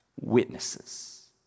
witnesses